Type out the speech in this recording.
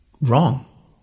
wrong